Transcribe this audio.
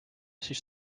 siis